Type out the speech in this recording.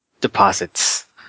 deposits